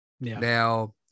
Now